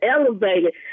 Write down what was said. elevated